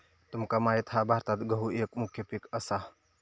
तुमका माहित हा भारतात गहु एक मुख्य पीक असा